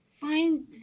find